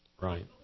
Right